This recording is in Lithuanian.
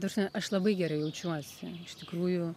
ta prasme aš labai gerai jaučiuosi iš tikrųjų